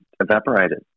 evaporated